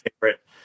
favorite